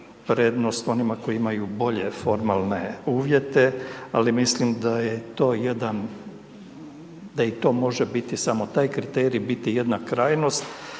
prednost onima koji imaju bolje formalne uvjete, ali mislim da je to jedan, da i to može biti samo taj kriterij, biti jedna krajnost